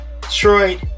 Detroit